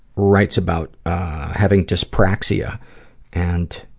writes about having dyspraxia and